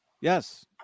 yes